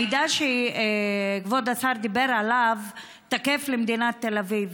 המידע שכבוד השר דיבר עליו תקף למדינת תל אביב,